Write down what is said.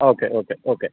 okay okay okay